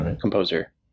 composer